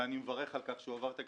ואני מברך על כך שהועבר תקציב,